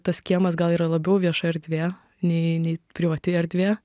tas kiemas gal yra labiau vieša erdvė nei nei privati erdvė